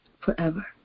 forever